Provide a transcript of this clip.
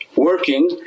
Working